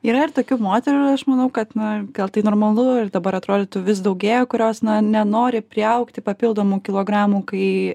yra ir tokių moterų aš manau kad na gal tai normalu ir dabar atrodytų vis daugėja kurios nenori priaugti papildomų kilogramų kai